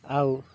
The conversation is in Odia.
ଆଉ